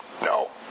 No